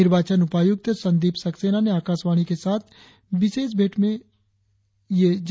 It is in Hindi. निर्वाचन उपायुक्त संदीप सक्सेना ने आकाशवाणी के साथ विशेष भेंट में कहा